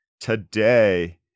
Today